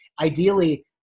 ideally